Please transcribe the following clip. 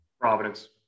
Providence